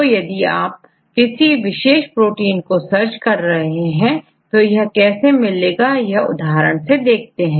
तो यदि आप किसी विशेष प्रोटीन को सर्च कर रहे हैं तो कैसे मिलेगा यह उदाहरण से देखते हैं